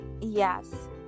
Yes